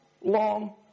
long